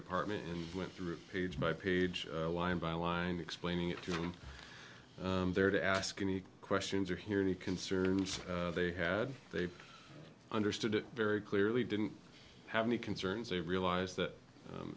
department and went through page by page line by line explaining it to their to ask any questions or hear any concerns they had they understood it very clearly didn't have any concerns they realized that